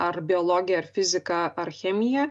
ar biologiją ar fiziką ar chemiją